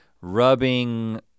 rubbing